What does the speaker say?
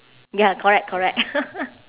ya correct correct